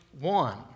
one